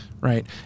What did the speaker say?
right